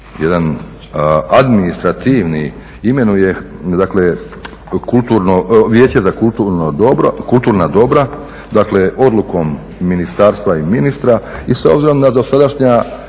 jedan administrativni imenuje Vijeće za kulturna dobra odlukom ministarstva i ministra i s obzirom na dosadašnja